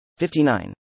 59